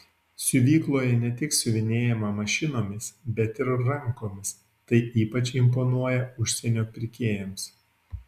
siuvykloje ne tik siuvinėjama mašinomis bet ir rankomis tai ypač imponuoja užsienio pirkėjams